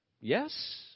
Yes